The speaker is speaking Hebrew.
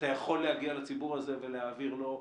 אתה יכול להגיע לציבור הזה ולהעביר לו.